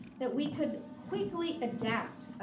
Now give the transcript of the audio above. that we could quickly adapt.